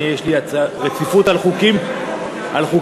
יש לי רציפות על חוקים נוספים,